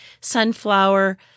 sunflower